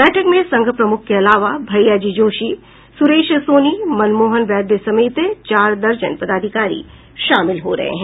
बैठक में संघ प्रमुख के अलावा भैया जी जोशी सुरेश सोनी मनमोहन वैद्य समेत चार दर्जन पदाधिकारी शामिल हो रहे हैं